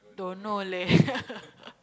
don't know leh